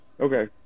Okay